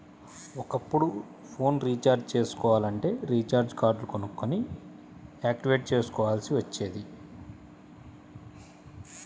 ఒకప్పుడు phone recharge చేసుకోవాలంటే recharge కార్డులు కొనుక్కొని యాక్టివేట్ చేసుకోవాల్సి వచ్చేది